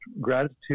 gratitude